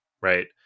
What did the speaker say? right